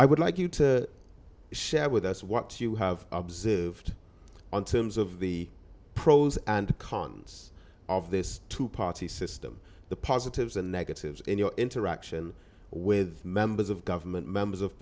i would like you to share with us what you have observed on terms of the pros and cons of this two party system the positives and negatives in your interaction with members of government members of